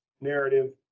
narrative